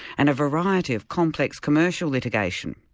and a variety of complex commercial litigation.